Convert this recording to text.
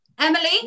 Emily